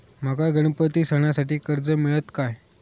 माका गणपती सणासाठी कर्ज मिळत काय?